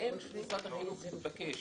האם משרד החינוך התבקש